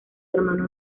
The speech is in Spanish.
hermano